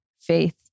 faith